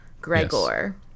Gregor